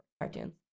cartoons